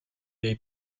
dei